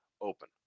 open